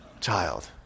Child